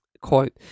Quote